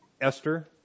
Esther